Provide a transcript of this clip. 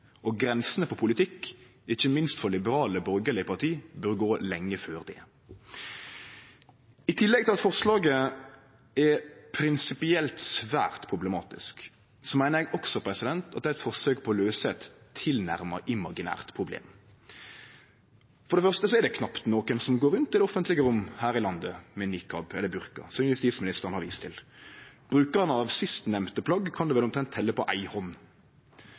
og grensene for politikk, ikkje minst for liberale borgarlege parti, bør gå lenge før det. I tillegg til at forslaget er prinsipielt svært problematisk, meiner eg også at det er eit forsøk på å løyse eit tilnærma imaginært problem. For det første er det knapt nokon som går rundt i det offentlege rommet her i landet med niqab eller burka, som justisministeren har vist til. Brukarane av sistnemnde plagg kan ein vel omtrent telje på ei